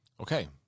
Okay